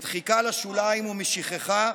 מדחיקה לשוליים ומשכחה,